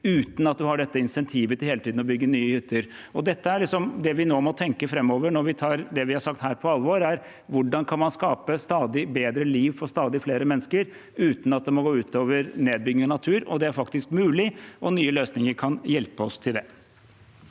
uten at man har det insentivet til hele tiden å bygge nye hytter. Det vi må tenke framover når vi tar det vi har sagt nå på alvor, er hvordan man kan skape et stadig bedre liv for stadig flere mennesker, uten at det må gå ut over og bety nedbygging av natur. Det er faktisk mulig, og nye løsninger kan hjelpe oss til det.